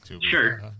Sure